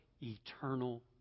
eternal